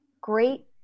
great